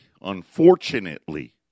unfortunately